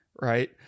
right